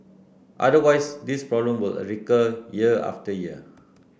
otherwise this problem will recur year after year